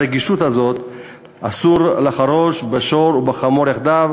רק בשל הרגישות הזאת אסור לחרוש בשור ובחמור יחדיו,